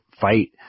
fight